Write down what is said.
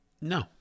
No